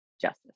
justice